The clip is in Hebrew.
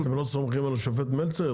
אתם לא סומכים על השופט מלצר?